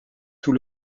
sous